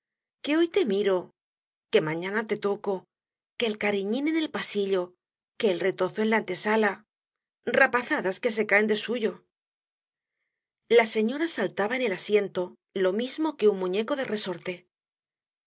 que hoy te miro que mañana te toco que el cariñín en el pasillo que el retozo en la antesala rapazadas que se caen de suyo la señora saltaba en el asiento lo mismo que un muñeco de resorte